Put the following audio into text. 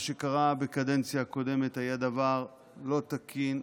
מה שקרה בקדנציה הקודמת היה דבר לא תקין,